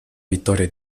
vittoria